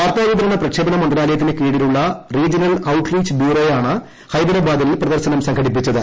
വാർത്താവിതരണ പ്രക്ഷേപണ മന്ത്രാലയത്തിന് കീഴിലുള്ള റീജണൽ ഔട്ട് റീച്ച് ബ്യൂറോയാണ് ഹൈദരാബാദിൽ പ്രദർശനം സംഘടിപ്പിച്ചത്